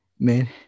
Man